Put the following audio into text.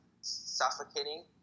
suffocating